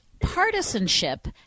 partisanship